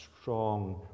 strong